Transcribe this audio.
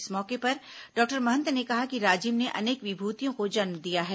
इस मौके पर डॉक्टर महंत ने कहा कि राजिम ने अनेक विभूतियों को जन्म दिया है